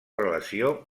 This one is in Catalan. relació